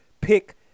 pick